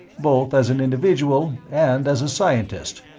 both as an individual and as a scientist.